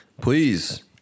Please